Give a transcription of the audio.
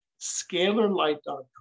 scalarlight.com